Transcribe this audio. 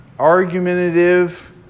argumentative